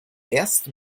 erste